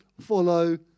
follow